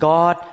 God